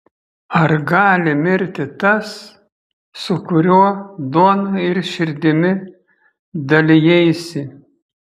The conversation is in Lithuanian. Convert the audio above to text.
ar gali mirti tas su kuriuo duona ir širdimi dalijaisi